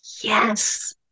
yes